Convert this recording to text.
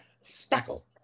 speckle